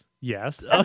Yes